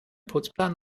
putzplan